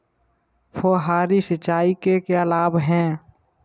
फुहारी सिंचाई के क्या लाभ हैं?